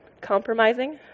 Compromising